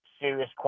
serious